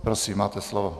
Prosím, máte slovo.